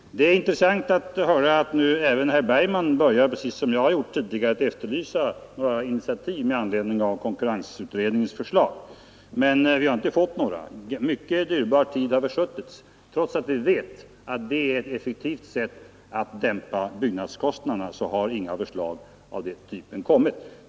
Det är intressant att höra att nu även herr Bergman börjar att, precis som jag har gjort tidigare, efterlysa initiativ med anledning av konkurrensutredningens förslag. Men vi har inte fått några. Mycken dyrbar tid har försuttits. Trots att vi vet att konkurrens är ett effektivt sätt att dämpa byggnadskostnaderna har ingenting hänt.